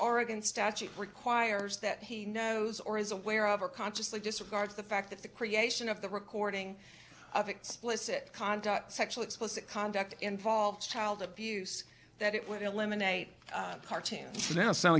oregon statute requires that he knows or is aware of or consciously disregards the fact that the creation of the recording of explicit conduct sexual explicit conduct involves child abuse that it would eliminate a cartoon now so